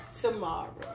tomorrow